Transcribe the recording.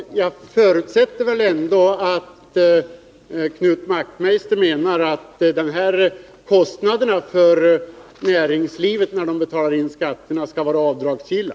Herr talman! Jag förutsätter ändå att Knut Wachtmeister menar att de kostnader som näringslivet har när man betalar in skatterna skall vara avdragsgilla.